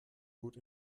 gut